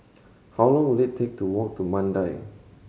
how long will it take to walk to Mandai